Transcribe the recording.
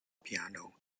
piano